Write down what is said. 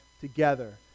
together